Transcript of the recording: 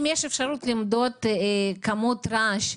אם יש אפשרות למדוד כמות רעש,